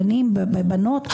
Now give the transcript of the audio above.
בנים ובנות,